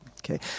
Okay